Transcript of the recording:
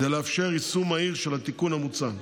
כדי לאפשר יישום מהיר של התיקון המוצע,